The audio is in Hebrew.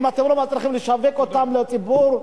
אם אתם לא מצליחים לשווק אותן לציבור,